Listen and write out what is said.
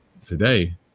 Today